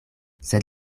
sed